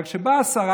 אבל כשבאה השרה,